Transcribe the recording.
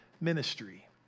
ministry